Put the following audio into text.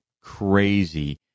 crazy